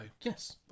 yes